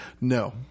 No